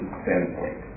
standpoint